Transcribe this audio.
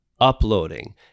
uploading